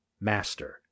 master